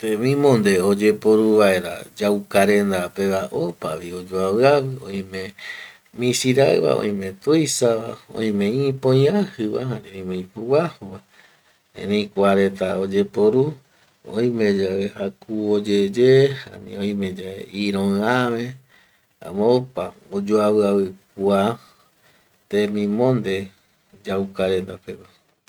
Temimonde oyeporuvaera yaukarenda pe va opavi oyoaviavi oime misiraiva, oime tuisava, oime ipoiajiva, erei kuareta oyeporu oime jacuvo yeye, oime iroiave jaema opa oyoaviavi kua temimonde yaukarenda peguara